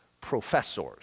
professors